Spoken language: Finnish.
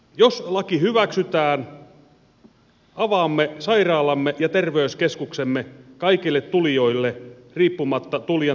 jos laki hyväksytään avaamme sairaalamme ja terveyskeskuksemme kaikille tulijoille riippumatta tulijan taustoista